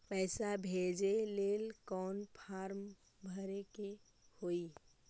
पैसा भेजे लेल कौन फार्म भरे के होई?